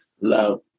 love